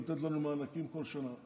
נותנת לנו מענקים כל שנה,